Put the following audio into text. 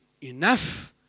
enough